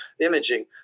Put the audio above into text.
imaging